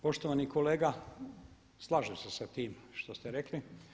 Poštovani kolega, slažem sa tim što ste rekli.